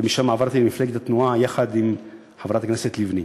ומשם עברתי למפלגת התנועה יחד עם חברת הכנסת לבני.